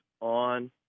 on